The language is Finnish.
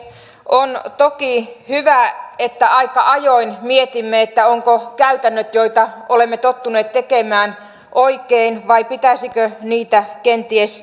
on toki hyvä että aika ajoin mietimme ovatko käytännöt joita olemme tottuneet noudattamaan oikein vai pitäisikö niitä kenties muuttaa